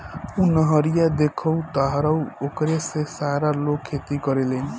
उ नहरिया देखऽ तारऽ ओकरे से सारा लोग खेती करेलेन